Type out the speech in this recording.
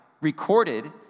recorded